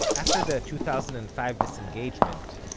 after the two thousand and five disengagement,